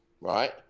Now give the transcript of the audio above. right